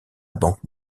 banque